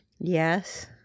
Yes